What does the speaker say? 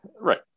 Right